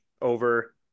over